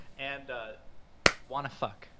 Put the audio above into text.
and want to fuck?